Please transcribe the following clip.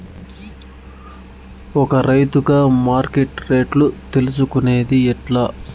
ఒక రైతుగా మార్కెట్ రేట్లు తెలుసుకొనేది ఎట్లా?